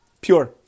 Pure